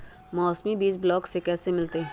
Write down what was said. मौसमी बीज ब्लॉक से कैसे मिलताई?